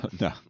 no